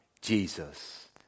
Jesus